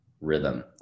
rhythm